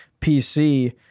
PC